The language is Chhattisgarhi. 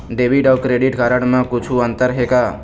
डेबिट अऊ क्रेडिट कारड म कुछू अंतर हे का?